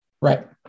right